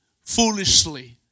foolishly